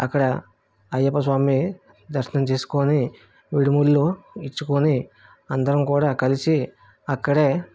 అక్కడ అయ్యప్పస్వామి దర్శనం చేసుకుని ఇడుముడ్లు ఇచ్చుకొని అందరం కూడా కలిసి అక్కడే